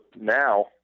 now